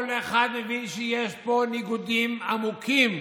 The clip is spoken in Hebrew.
כל אחד מבין שיש פה ניגודים עמוקים